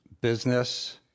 Business